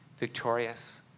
victorious